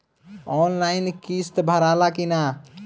Online किस्त भराला कि ना?